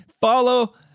follow